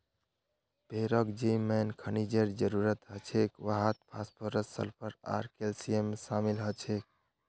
भेड़क जे मेन खनिजेर जरूरत हछेक वहात फास्फोरस सल्फर आर कैल्शियम शामिल छेक